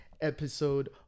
episode